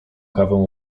kawę